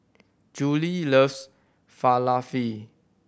Julie loves Falafel